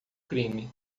crime